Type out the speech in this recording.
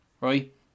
Right